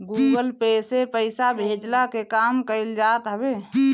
Google Pay से पईसा भेजला के काम कईल जात हवे